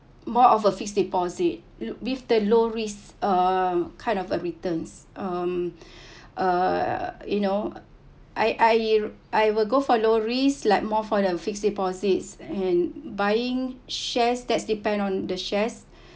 more of a fixed deposit with the low risk err kind of a returns um err you know I I I will go for low risk like more for the fixed deposits and buying shares that depend on the shares